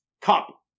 Cup